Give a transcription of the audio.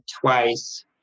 twice